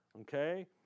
Okay